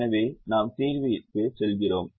எனவே நாம் தீர்விக்கு செல்கிறோம்